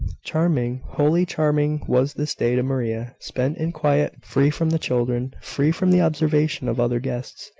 charming, wholly charming, was this day to maria, spent in quiet, free from the children, free from the observation of other guests,